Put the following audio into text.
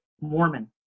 Mormon